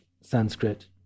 Sanskrit